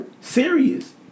Serious